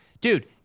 Dude